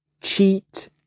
cheat